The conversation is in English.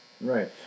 Right